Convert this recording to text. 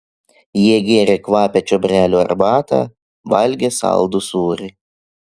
jie gėrė kvapią čiobrelių arbatą valgė saldų sūrį